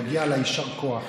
מגיע לה יישר כוח.